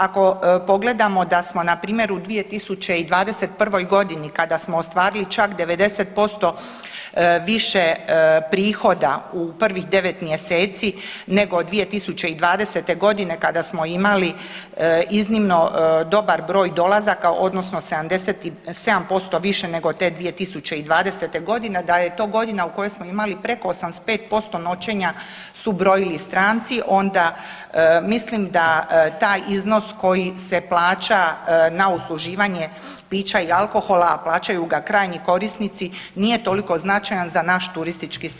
Ako pogledamo da smo npr. u 2021. godini kada smo ostvarili čak 90% više prihoda u prvih 9 mjeseci nego 2020. godine kada smo imali iznimno dobar broj dolazaka odnosno 77% više nego te 2020. godine da je to godina u kojoj smo imali preko 85% noćenja su brojili stranci onda mislim da taj iznos koji se plaća na usluživanje pića i alkohola, a plaćaju ga krajnji korisnici nije toliko značajan za naš turistički sektor.